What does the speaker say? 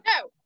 no